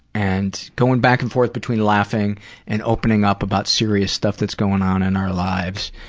and going back and forth between laughing and opening up about serious stuff that's going on in our lives,